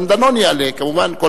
גם דנון יעלה, כמובן.